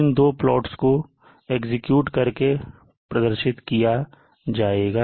इन दो प्लॉट को एग्जीक्यूट करके प्रदर्शित किया जाएगा